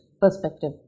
perspective